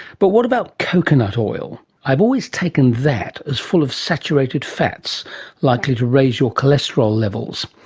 but what about coconut oil? i've always taken that as full of saturated fats likely to raise your cholesterol levels.